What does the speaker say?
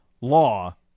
law